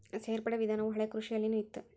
ಸೇರ್ಪಡೆ ವಿಧಾನವು ಹಳೆಕೃಷಿಯಲ್ಲಿನು ಇತ್ತ